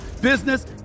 business